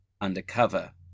undercover